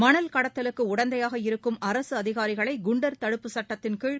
மணல் கடத்தலுக்கு உடந்தையாக இருக்கும் அரசு அதிகாரிகளை குண்டர் தடுப்புச் சுட்டத்தின் கீழ்